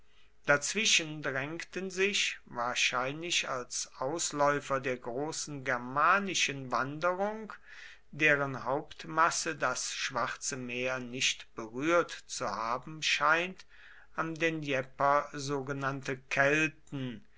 dazwischen drängten sich wahrscheinlich als ausläufer der großen germanischen wanderung deren hauptmasse das schwarze meer nicht berührt zu haben scheint am dnjepr sogenannte kelten